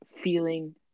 feeling